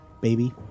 baby